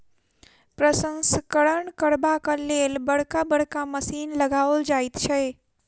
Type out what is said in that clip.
प्रसंस्करण करबाक लेल बड़का बड़का मशीन लगाओल जाइत छै